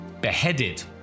beheaded